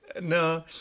no